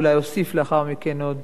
אולי אוסיף לאחר מכן עוד